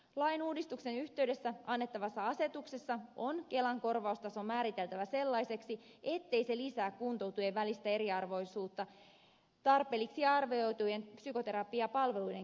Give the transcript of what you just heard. lainuudistuksen yhteydessä annettavassa asetuksessa on kelan korvaustaso määriteltävä sellaiseksi ettei se lisää kuntoutujien välistä eriarvoisuutta tarpeellisiksi arvioitujen psykoterapiapalveluiden käytössä